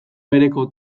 bereko